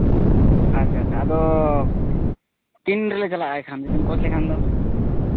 ᱟᱪᱪᱷᱟ ᱟᱪᱪᱷᱟ ᱟᱫᱚ ᱛᱤᱱ ᱨᱮᱞᱮ ᱪᱟᱞᱟᱜᱼᱟ ᱡᱩᱫᱤᱢ ᱠᱳᱪ ᱞᱮᱠᱷᱟᱱ ᱫᱚ